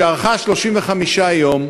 שארכה 35 יום,